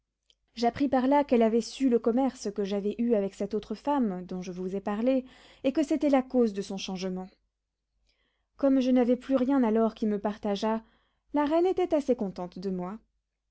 j'appris par là qu'elle avait su le commerce que j'avais eu avec cette autre femme dont je vous ai parlé et que c'était la cause de son changement comme je n'avais plus rien alors qui me partageât la reine était assez contente de moi